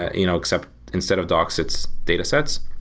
you know except instead of docs, it's datasets.